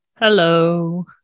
hello